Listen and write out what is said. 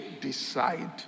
decide